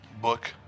book